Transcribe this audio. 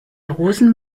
rosen